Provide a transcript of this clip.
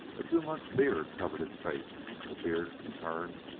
a two-months' beard covered his face and the beard, in turn,